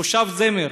תושב זמר